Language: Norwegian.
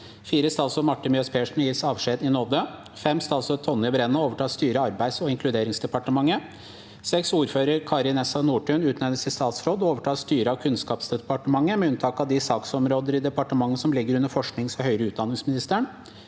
4. Statsråd Marte Mjøs Persen gis avskjed i nåde. 5. Statsråd Tonje Brenna overtar styret av Arbeids- og inkluderingsdepartementet. 6. Ordfører Kari Nessa Nordtun utnevnes til statsråd og overtar styret av Kunnskapsdepartementet med unntak av de saksområder i departementet som ligger under forsknings- og høyere utdanningsministeren.